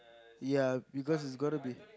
ya because it's gonna be